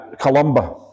Columba